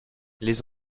les